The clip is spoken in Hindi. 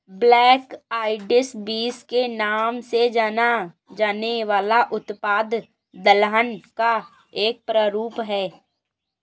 ब्लैक आईड बींस के नाम से जाना जाने वाला उत्पाद दलहन का एक प्रारूप है